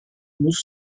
muss